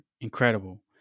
incredible